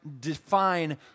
define